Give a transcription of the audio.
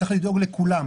אבל צריך לדאוג לכולם.